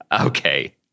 Okay